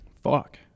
Fuck